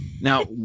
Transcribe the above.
Now